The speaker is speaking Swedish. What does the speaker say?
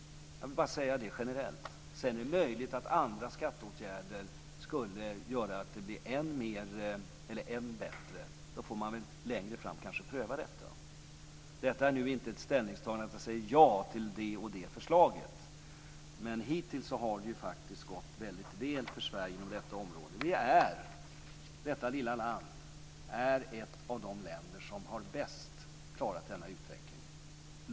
Jag vill bara säga det generellt. Sedan är det möjligt att andra skatteåtgärder skulle göra att det blir än bättre. Då får man väl längre fram kanske pröva det. Detta är nu inte ett ställningstagande som innebär att jag säger ja till det eller det förslaget. Men hittills har det ju faktiskt gått väl för Sverige inom detta område. Detta lilla land är ett av de länder som bäst har klarat denna utveckling.